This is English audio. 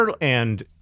and-